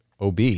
OB